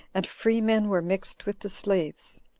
and free-men were mixed with the slaves.